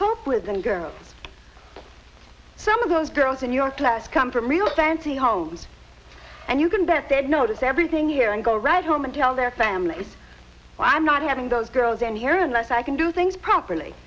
cope with than girls some of those girls in your class come from real fancy homes and you can bet they'd notice everything here and go right home and tell their families why i'm not having those girls in here unless i can do things properly